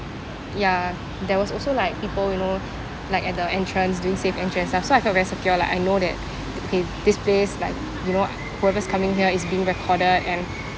ya there was also like people you know like at the entrance doing safe entry and stuff so I felt very secured lah I know that th~ this place like you know whoever's coming here is being recorded and